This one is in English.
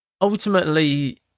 ultimately